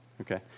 Okay